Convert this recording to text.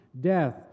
death